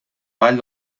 vall